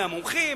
מהמומחים,